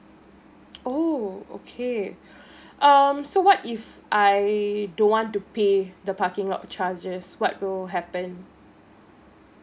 oh okay um so what if I don't want to pay the parking lot charges what will happen